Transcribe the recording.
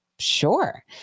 sure